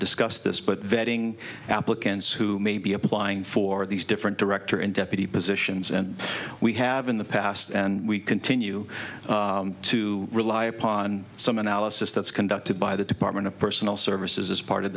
discussed this but vetting applicants who may be applying for these different director and deputy positions and we have in the past and we continue to rely upon some analysis that's conducted by the department of personal services as part of